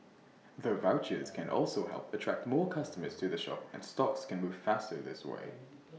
the vouchers can also help attract more customers to the shop and stocks can move faster this way